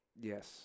Yes